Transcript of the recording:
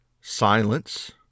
silence